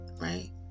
Right